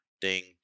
Ding